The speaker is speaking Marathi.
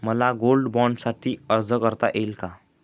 मला गोल्ड बाँडसाठी अर्ज करता येईल का?